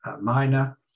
minor